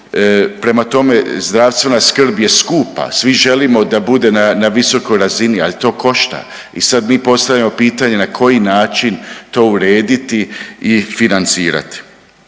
Prema tome, zdravstvena skrb je skupa, svi želimo da bude na, na visokoj razini, ali to košta i sad mi postavljamo pitanje na koji način to urediti i financirati,